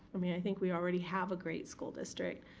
i mean, i think we already have a great school district.